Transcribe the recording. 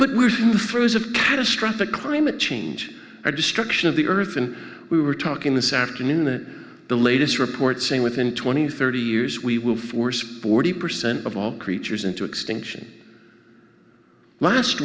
but we're too far as of catastrophic climate change or destruction of the earth and we were talking this afternoon and the latest report saying within twenty thirty years we will force sporty percent of all creatures into extinction last